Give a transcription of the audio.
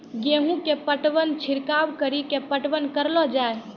गेहूँ के पटवन छिड़काव कड़ी के पटवन करलो जाय?